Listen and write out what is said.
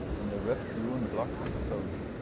in the rough-hewn block of stone.